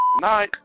night